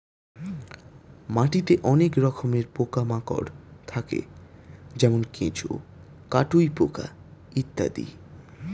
মাটিতে অনেক রকমের পোকা মাকড় থাকে যেমন কেঁচো, কাটুই পোকা ইত্যাদি